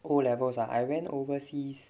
O levels ah I went overseas